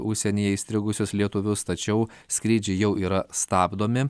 užsienyje įstrigusius lietuvius tačiau skrydžiai jau yra stabdomi